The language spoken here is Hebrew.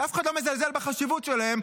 שאף אחד לא מזלזל בחשיבות שלהם,